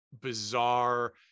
bizarre